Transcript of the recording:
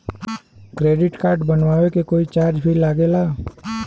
Credit card बनवावे के कोई चार्ज भी लागेला?